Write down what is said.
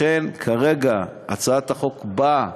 לכן, כרגע הצעת החוק באה